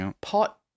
pot